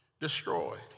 destroyed